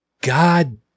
God